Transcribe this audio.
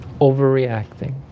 overreacting